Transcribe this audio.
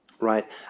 right